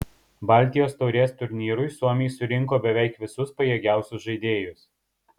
baltijos taurės turnyrui suomiai surinko beveik visus pajėgiausius žaidėjus